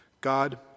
God